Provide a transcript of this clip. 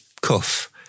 cuff